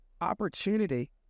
opportunity